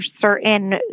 certain